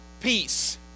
peace